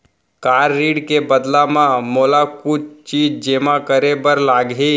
का ऋण के बदला म मोला कुछ चीज जेमा करे बर लागही?